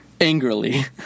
angrily